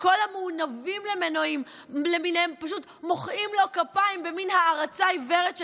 וכל המעונבים למיניהם פשוט מוחאים לו כפיים במין הערצה עיוורת שכזאת.